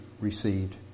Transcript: received